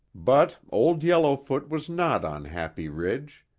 but old yellowfoot was not on happy ridge,